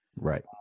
Right